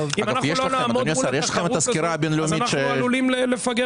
אם אנחנו לא נעמוד מול התחרות הזאת אז אנחנו עלולים לפגר